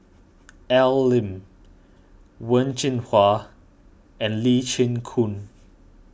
Al Lim Wen Jinhua and Lee Chin Koon